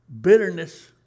Bitterness